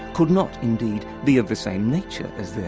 could not, indeed, be of the same nature as